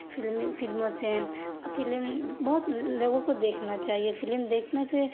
فلمی فلموں سے فلم بہت لوگوں کو دیکھنا چاہیے فلم دیکھنا چاہیے